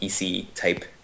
EC-type